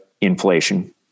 inflation